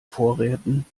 vorräten